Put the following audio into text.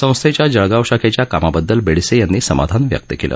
संस्थेच्या जळगाव शाखेच्या कामाबददल बेडसे यांनी समाधान व्यक्त केलं